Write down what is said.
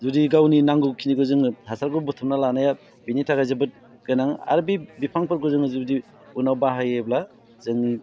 जुदि गावनि नांगौखिनिखौ जोंङो हासारखौ बुथुमना लानाया बिनि थाखाय जोबोद गोनां आरो बे बिफांफोरखौ जोङो जुदि उनाव बाहायोब्ला जोंनि